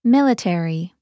Military